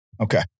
Okay